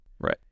right